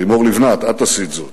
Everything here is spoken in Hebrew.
לימור לבנת, את עשית זאת,